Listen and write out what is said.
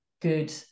good